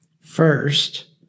First